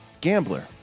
Gambler